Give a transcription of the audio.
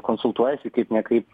konsultuojasi kaip nekaip